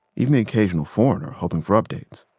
even the occasional foreigner hoping for updates.